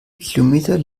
kilometer